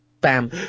bam